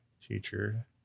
teacher